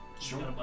Sure